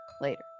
later